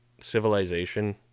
civilization